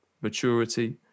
maturity